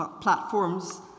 platforms